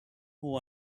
who